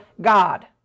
God